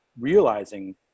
realizing